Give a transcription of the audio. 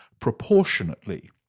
proportionately